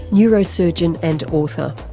neurosurgeon and author.